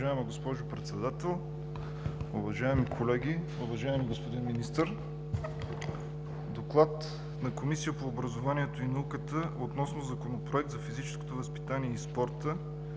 „ДОКЛАД на Комисията по образованието и науката относно Законопроект за физическото възпитание и спорта,